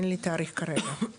אין לי תאריך כרגע ,